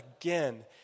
again